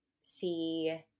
see